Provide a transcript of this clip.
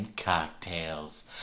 Cocktails